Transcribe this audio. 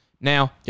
Now